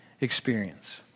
experience